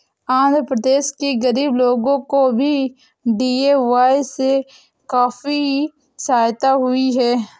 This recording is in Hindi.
आंध्र प्रदेश के गरीब लोगों को भी डी.ए.वाय से काफी सहायता हुई है